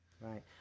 Right